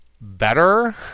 better